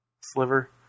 Sliver